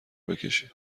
بکشید